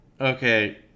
Okay